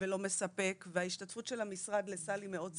ולא מספק, וההשתתפות של המשרד לסל היא מאוד סמלית,